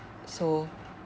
so